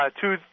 two